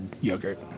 yogurt